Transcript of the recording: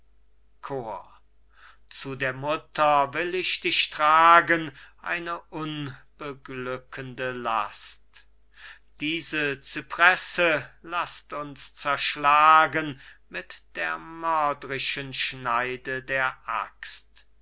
zu der mutter will ich dich tragen eine unbeglückende last diese cypresse laßt uns zerschlagen mit der mörderischen schneide der axt